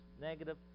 negative